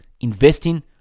investing